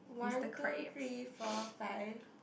one two three four five